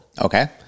Okay